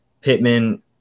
Pittman